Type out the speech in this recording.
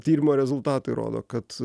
tyrimo rezultatai rodo kad